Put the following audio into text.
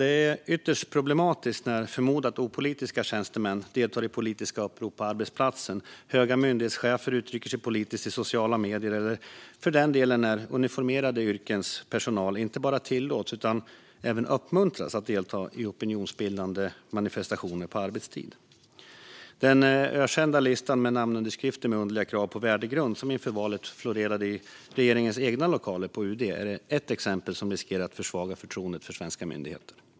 Det är ytterst problematiskt när förmodat opolitiska tjänstemän deltar i politiska upprop på arbetsplatsen, när höga myndighetschefer utrycker sig politiskt i sociala medier eller, för den delen, när uniformerade yrkens personal inte bara tillåts utan även uppmuntras att delta i opinionsbildande manifestationer på arbetstid. Den ökända listan med namnunderskrifter med underliga krav på värdegrund som inför valet florerade i regeringens egna lokaler på UD är ett exempel som riskerar att försvaga förtroendet för svenska myndigheter.